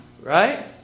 Right